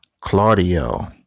Claudio